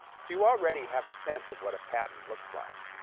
so you already have a sense of what a patent looks like.